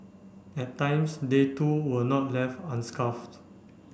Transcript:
at times they too were not left